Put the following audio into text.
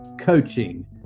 coaching